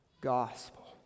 gospel